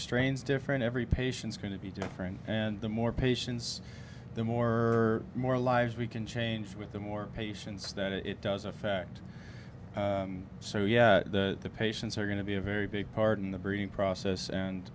strains different every patient's going to be different and the more patients the more more lives we can change with the more patients that it does affect so yeah that the patients are going to be a very big part in the breeding process and